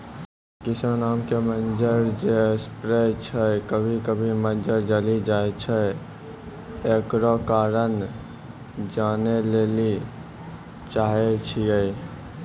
किसान आम के मंजर जे स्प्रे छैय कभी कभी मंजर जली जाय छैय, एकरो कारण जाने ली चाहेय छैय?